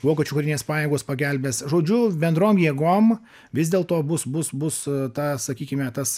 vokiečių karinės pajėgos pagelbės žodžiu bendrom jėgom vis dėl to bus bus bus ta sakykime tas